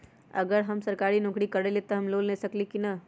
अगर हम सरकारी नौकरी करईले त हम लोन ले सकेली की न?